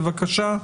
בבקשה,